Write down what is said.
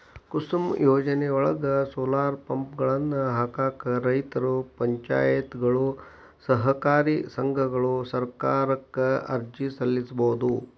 ಕುಸುಮ್ ಯೋಜನೆಯೊಳಗ, ಸೋಲಾರ್ ಪಂಪ್ಗಳನ್ನ ಹಾಕಾಕ ರೈತರು, ಪಂಚಾಯತ್ಗಳು, ಸಹಕಾರಿ ಸಂಘಗಳು ಸರ್ಕಾರಕ್ಕ ಅರ್ಜಿ ಸಲ್ಲಿಸಬೋದು